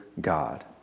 God